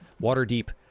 Waterdeep